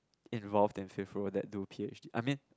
involve in fifth row that do P_H_D I mean